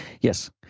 yes